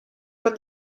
con